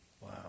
wow